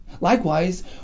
Likewise